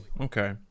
okay